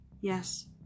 Yes